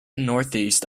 northeast